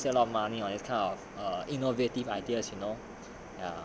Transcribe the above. so you can really save a lot of money or this kind of innovative ideas you know